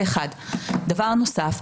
דבר נוסף.